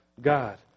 God